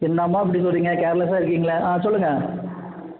என்னாமா இப்படி சொல்கிறீங்க கேர்லஸ்ஸாக இருக்கீங்களே ஆ சொல்லுங்க